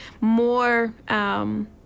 more